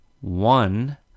one